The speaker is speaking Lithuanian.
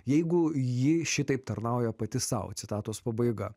jeigu ji šitaip tarnauja pati sau citatos pabaiga